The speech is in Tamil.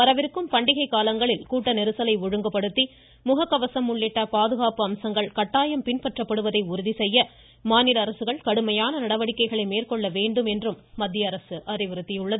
வரவிருக்கும் பண்டிகை காலங்களில் கூட்ட நெரிசலை ஒழுங்குபடுத்தி முகக்கவசம் உள்ளிட்ட பாதுகாப்பு அம்சங்கள் கட்டாயம் பின்பற்றப்படுவதை உறுதிசெய்ய மாநில அரசுகள் கடுமையான நடவடிக்கைகளை மேற்கொள்ள வேண்டும் என்றும் மத்திய அரசு அறிவுறுத்தியுள்ளது